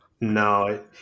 No